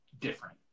different